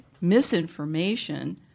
misinformation